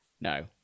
No